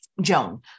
Joan